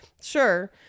Sure